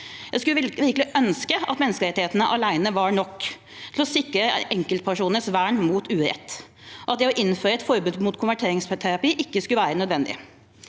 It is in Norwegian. Jeg skulle virkelig ønske at menneskerettighetene alene var nok til å sikre enkelt personers vern mot urett, og at det å innføre et forbud mot konverteringsterapi ikke skulle være nødvendig.